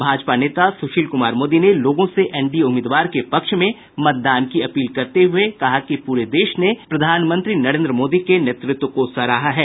भाजपा नेता सुशील कुमार मोदी ने लोगों से एनडीए उम्मीदवार के पक्ष में मतदान की अपील करते हुए कहा कि पूरे देश ने प्रधानमंत्री नरेन्द्र मोदी के नेतृत्व को सराहा है